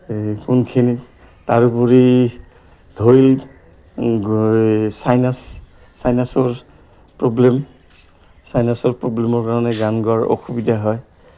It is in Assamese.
এই কোনখিনি তাৰোপৰি ধৰিল চাইনাছ চাইনাছৰ প্ৰব্লেম চাইনাছৰ প্ৰব্লেমৰ কাৰণে গান গোৱাৰ অসুবিধা হয়